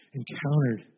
encountered